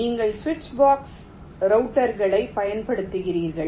நீங்கள் சுவிட்ச் பாக்ஸ் ரவுட்டர்களைப் பயன்படுத்துகிறீர்கள்